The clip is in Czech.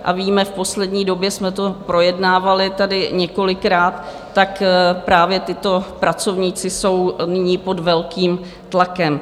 A víme, v poslední době jsme to projednávali tady několikrát, právě tito pracovníci jsou nyní pod velkým tlakem.